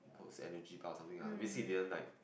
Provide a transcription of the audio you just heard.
those energy bar something lah basically he didn't like